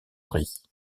riz